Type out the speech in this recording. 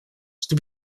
что